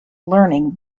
learning